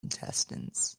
intestines